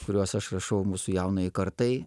kuriuos aš rašau mūsų jaunajai kartai